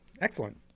Excellent